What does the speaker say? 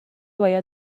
باید